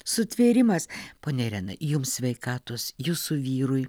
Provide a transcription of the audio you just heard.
sutvėrimas ponia irena jums sveikatos jūsų vyrui